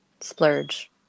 Splurge